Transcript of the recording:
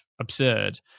absurd